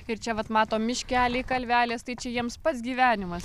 ir čia vat matom miškeliai kalvelės tai čia jiems pats gyvenimas